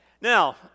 Now